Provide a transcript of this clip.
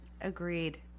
Agreed